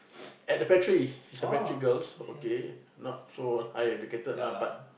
at the factory she's a factory girls okay not so high educated lah but